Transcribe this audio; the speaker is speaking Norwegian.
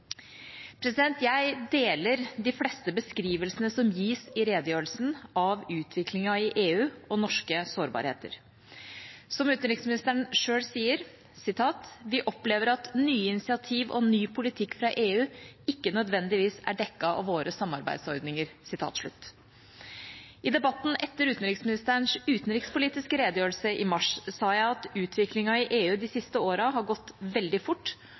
Jeg deler de fleste beskrivelsene som gis i redegjørelsen av utviklingen i EU og norske sårbarheter. Som utenriksministeren selv sier: «Samtidig opplever vi at nye initiativ og ny politikk fra EU ikke nødvendigvis er dekket av våre samarbeidsordninger.» I debatten etter utenriksministerens utenrikspolitiske redegjørelse i mars sa jeg at utviklingen i EU de siste årene har gått veldig fort,